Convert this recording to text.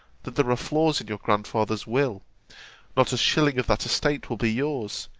that there are flaws in your grandfather's will not a shilling of that estate will be yours,